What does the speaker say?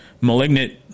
Malignant